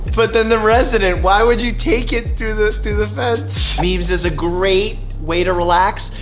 but then the resident, why would you take it through the through the fence? memes is a great way to relax,